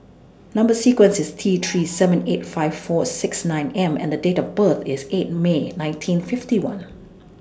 Number sequence IS T three seven eight five four six nine M and Date of birth IS eight May nineteen fifty one